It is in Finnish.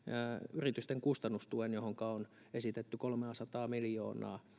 yritysten kustannustuen johonka on esitetty kolmeasataa miljoonaa